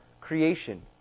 creation